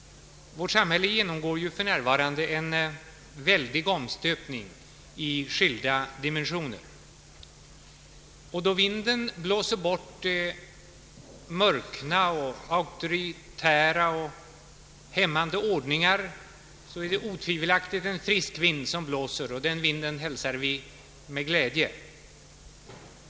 Vårt samhälle genomgår för närvarande en väldig omstöpning i skilda dimensioner. Då vinden blåser bort murkna, auktoritära och hämmande ordningar, är det otvivelaktigt en frisk vind som blåser, och den vinden hälsar vi med glädje.